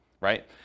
right